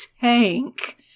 tank